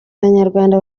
abanyarwanda